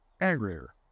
angrier